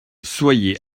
soyez